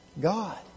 God